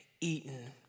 eaten